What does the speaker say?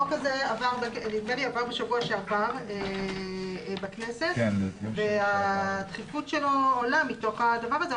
הצעת החוק הזאת עברה בשבוע שעבר בכנסת והדחיפות שלה עולה מתוך הדבר הזה,